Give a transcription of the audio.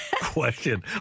question